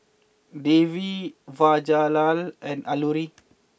Devi Jawaharlal and Alluri